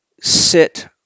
sit